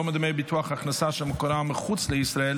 מדמי ביטוח בעד הכנסה שמקורה מחוץ לישראל),